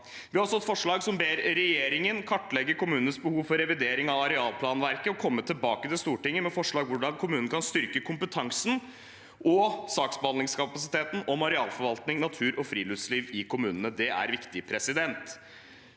Vi har også et forslag som ber regjeringen kartlegge kommunenes behov for revidering av arealplanverket og komme tilbake til Stortinget med forslag til hvordan kommunene kan styrke kompetansen og saksbehandlingskapasiteten om arealforvaltning, natur og friluftsliv i kommunene. Det er viktig.